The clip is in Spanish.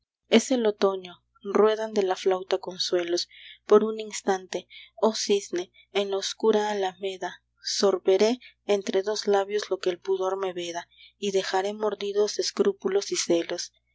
es el otoño ruedan de la flauta consuelos por un instante oh cisne en la oscura alameda sorberé entre dos labios lo que el pudor me veda y dejaré mordidos escrúpulos y celos